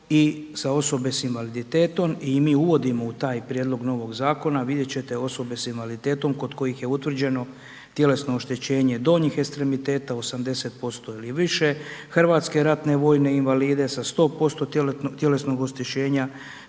i za osobe sa invaliditetom i mi uvidimo u taj prijedlog novog zakona, vidjet ćete osobe sa invaliditetom kod kojih je utvrđeno tjelesno oštećenje donjih ekstremiteta 80% ili više, hrvatske ratne vojne invalide sa 100% tjelesnog oštećenja